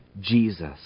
Jesus